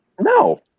No